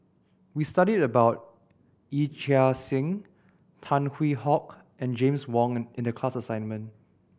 we studied about Yee Chia Hsing Tan Hwee Hock and James Wong in the class assignment